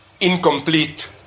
incomplete